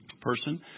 person